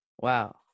Wow